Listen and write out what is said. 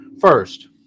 first